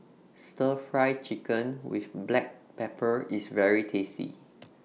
Stir Fry Chicken with Black Pepper IS very tasty